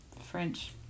French